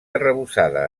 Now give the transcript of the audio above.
arrebossada